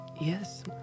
Yes